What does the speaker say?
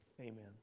Amen